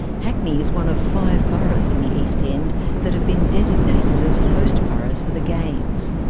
hackney is one of five boroughs in the east end that have been designated as host boroughs for the games.